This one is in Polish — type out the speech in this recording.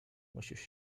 musisz